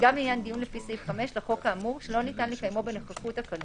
גם לעניין דיון לפי סעיף 5 לחוק האמור שלא ניתן לקיימו בנוכחות הכלוא,